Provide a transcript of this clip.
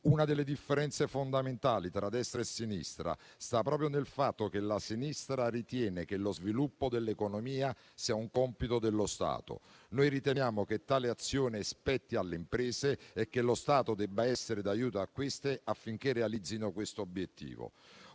Una delle differenze fondamentali tra destra e sinistra sta proprio nel fatto che la sinistra ritiene che lo sviluppo dell'economia sia un compito dello Stato. Noi riteniamo che tale azione spetti alle imprese e che lo Stato debba essere d'aiuto a queste, affinché realizzino tale obiettivo.